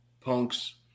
Punk's